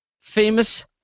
famous